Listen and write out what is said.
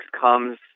comes